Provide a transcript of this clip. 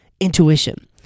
Intuition